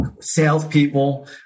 salespeople